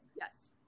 Yes